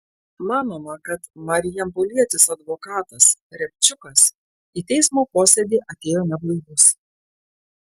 manoma kad marijampolietis advokatas riabčiukas į teismo posėdį atėjo neblaivus